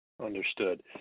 Understood